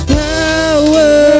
power